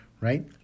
right